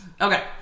Okay